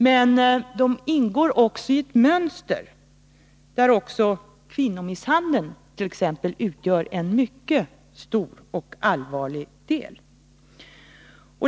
Men de ingår också i ett mönster där t.ex. kvinnomisshandel utgör en mycket stor och allvarlig del.